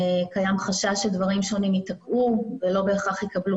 קיים חשש שדברים שונים ייתקעו ולא בהכרח יקבלו